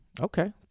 Okay